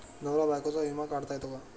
नवरा बायकोचा विमा काढता येतो का?